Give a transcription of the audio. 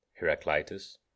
Heraclitus